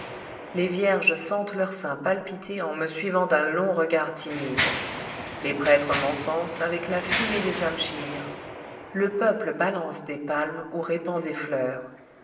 les vierges sentent leur sein palpiter en me suivant d'un long regard timide les prêtres m'encensent avec la fumée des amschirs le peuple balance des palmes ou répand des fleurs